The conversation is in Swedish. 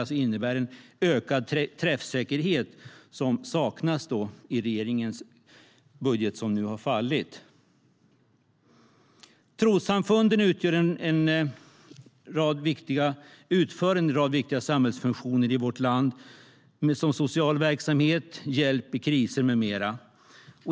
Det innebär en ökad träffsäkerhet som saknas i regeringens budget, som nu har fallit. Trossamfunden har en rad viktiga samhällsfunktioner i vårt land, såsom social verksamhet, hjälp i kriser med mera.